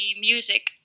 music